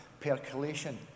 percolation